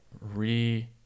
re